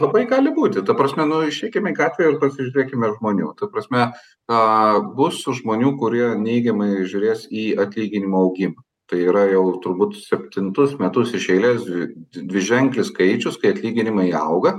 labai gali būti ta prasme nu išeikim į gatvę ir pasižiūrėkime žmonių ta prasme ką bus žmonių kurie neigiamai žiūrės į atlyginimų augimą tai yra jau turbūt septintus metus iš eilės dviženklis skaičius kai atlyginimai auga